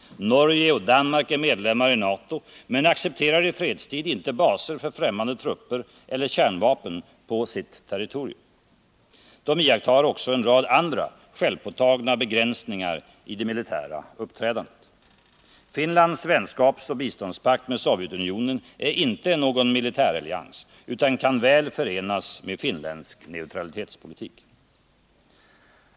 Norge och Danmark är medlemmar av NATO, men accepterar i fredstid inte baser för främmande trupper eller kärnvapen på sitt territorium. De iakttar också en rad andra självpåtagna begränsningar i det militära uppträdandet. Finlands vänskapsoch biståndspakt med Sovjetunionen är inte någon militär allians utan kan väl förenas med finländsk neutralitetspolitik.